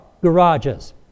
garages